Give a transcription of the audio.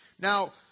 Now